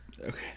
okay